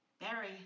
Barry